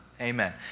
Amen